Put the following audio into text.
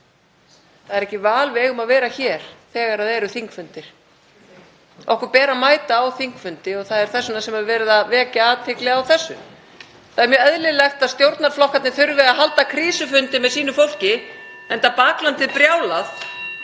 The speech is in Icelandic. Það er ekki val. Við eigum að vera hér þegar það eru þingfundir. Okkur ber að mæta á þingfundi og það er þess vegna sem er verið að vekja athygli á þessu. Það er mjög eðlilegt að stjórnarflokkarnir (Forseti hringir.) þurfi að halda krísufundi með sínu fólki, enda baklandið brjálað.